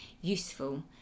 useful